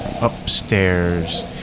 upstairs